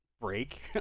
break